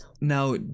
Now